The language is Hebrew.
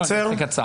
אני אעשה קצר.